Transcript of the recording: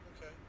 Okay